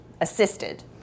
assisted